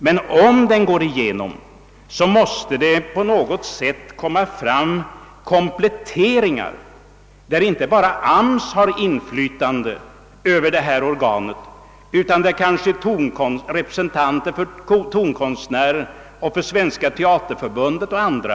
Men om den går igenom, så måste det på något sätt göras kompletteringar, så att inte bara AMS har inflytande över det organet utan också representanter för tonkonstnärerna och Svenska teaterförbundet och andra.